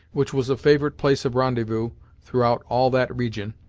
which was a favorite place of rendezvous throughout all that region,